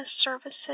services